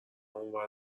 اونو